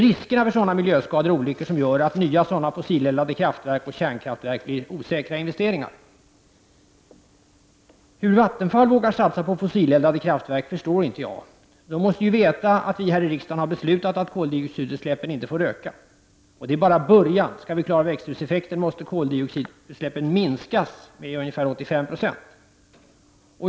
Riskerna för sådana miljöskador och olyckor gör att nya sådana fossileldade kraftverk och kärnkraftverk blir osäkra investeringar. Hur Vattenfall vågar satsa på fossileldade kraftverk förstår inte jag. De måste ju veta att vi här i riksdagen har beslutat att koldioxidutsläppen inte får öka. Och det är bara början. Skall vi klara växthuseffekten måste koldioxidutsläppen minskas med ungefär 85 I.